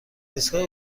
ایستگاه